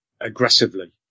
aggressively